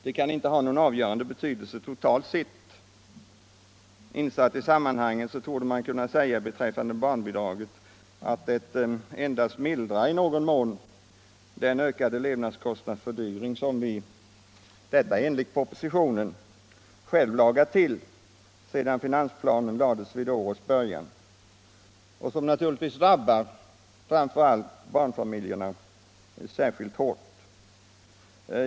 Det kan inte ha någon avgörande betydelse totalt sett. Insatt i sammanhanget torde man kunna säga beträffande barnbidraget att det endast i någon mån mildrar den ökade levnadskostnadsfördyring som vi, enligt propositionen, själva ordnat till sedan finansplanen lades fram vid årets början och som naturligtvis drabbar barnfamiljerna särskilt hårt.